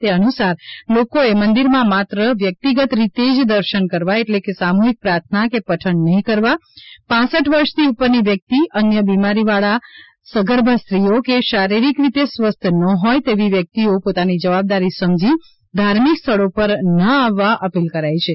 તે અનુસાર લોકોએ મંદિરમાં માત્ર વ્યક્તિગત રીતે જ દર્શન કરવા એટલે કે સામૂહિક પ્રાર્થના કે પઠન નહી કરવાં પાંસઠ વર્ષથી ઉપરની વ્યક્તિ અન્ય બીમારીવાળા સગર્ભા સ્ત્રીઓ કે શારીરિક રીતે સ્વસ્થ ન હોય તેવી વ્યક્તિઓ પોતાની જવાબદારી સમજી ધાર્મિક સ્થળો પર ના આવવા અપીલ કરાઇ છે